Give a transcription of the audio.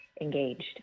engaged